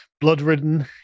blood-ridden